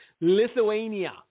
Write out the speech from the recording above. Lithuania